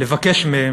לבקש מהן